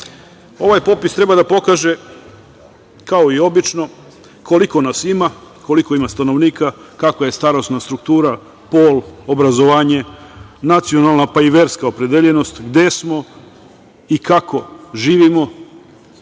EU.Ovaj popis treba da pokaže, kao i obično, koliko nas ima, koliko ima stanovnika, kakva je starosna struktura, pol, obrazovanje, nacionalna, pa i verska opredeljenost, gde smo i kako živimo,